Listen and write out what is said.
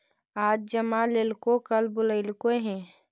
आज जमा लेलको कल बोलैलको हे?